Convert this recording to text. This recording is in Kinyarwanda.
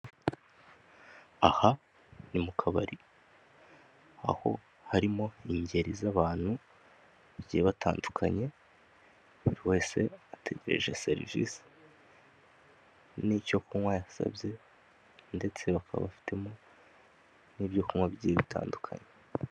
Aha ni mu kabari aho harimo ingeri z'abantu bagiye batandukanye buri wese ategereje serivise n'icyo kunywa yasabye ndetse bakaba bafitemo n'ibyo kunywa bigiye bitandukanye.